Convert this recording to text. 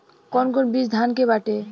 कौन कौन बिज धान के बाटे?